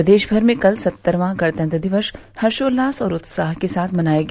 प्रदेश भर में कल सत्तरवां गणतंत्र दिवस हर्षोल्लास और उत्साह के साथ मनाया गया